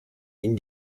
ihn